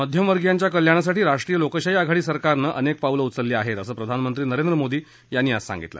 मध्यमवर्गीयांच्या कल्याणासाठी राष्ट्रीय लोकशाही आघाडी सरकारनं अनेक पावलं उचलली आहेत असं प्रधानमंत्री नरेंद्र मोदी यांनी आज सांगितलं